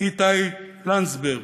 איתי לנדסברג,